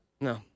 No